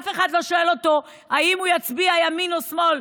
אף אחד לא שואל אותו אם הוא יצביע ימין או שמאל,